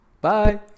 Bye